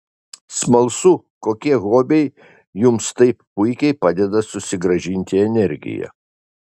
smalsu kokie hobiai jums taip puikiai padeda susigrąžinti energiją